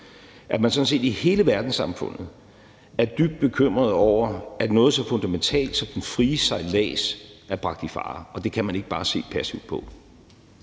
at man sådan set i hele verdenssamfundet er dybt bekymret over, at noget så fundamentalt som den frie sejlads er bragt i fare. Det kan man ikke bare se passivt på.